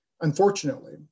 unfortunately